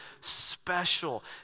special